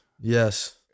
Yes